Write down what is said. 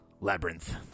Labyrinth